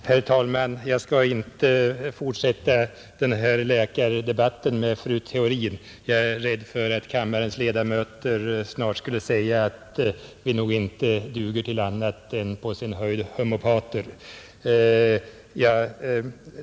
Herr talman! Jag skall inte fortsätta den här läkardebatten med fru Theorin — jag är rädd för att kammarens ledamöter snart skulle säga att vi nog inte duger till annat än på sin höjd homeopater.